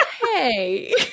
hey